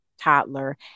toddler